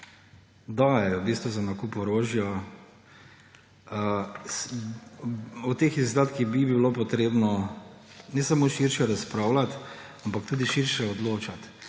dajejo v bistvu za nakup orožja, o teh izdatkih bi bilo potrebno ne samo širše razpravljati, ampak tudi širše odločati.